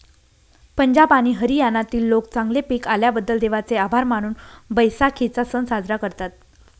पंजाब आणि हरियाणातील लोक चांगले पीक आल्याबद्दल देवाचे आभार मानून बैसाखीचा सण साजरा करतात